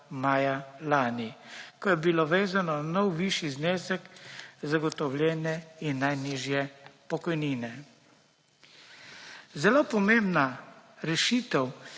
maja lani, ko je bilo vezano na nov višji znesek zagotovljene in najnižje pokojnine. Zelo pomembna rešitev,